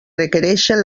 requereixen